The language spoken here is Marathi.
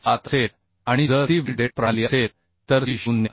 7 असेल आणि जर ती वेल्डेड प्रणाली असेल तर ती 0